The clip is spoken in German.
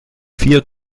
vier